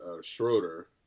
Schroeder